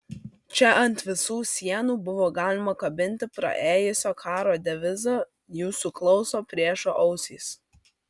čia ant visų sienų buvo galima kabinti praėjusio karo devizą jūsų klauso priešo ausys